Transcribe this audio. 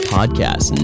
Podcast